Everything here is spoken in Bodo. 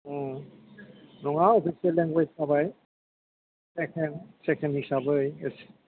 उम नङा अफिसियेल लेंगुवेज जाबाय सेकेण्ड सेकेण्ड हिसाबै एसे